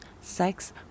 sex